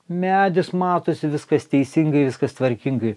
medis matosi viskas teisingai viskas tvarkingai